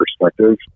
perspective